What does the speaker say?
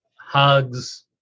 hugs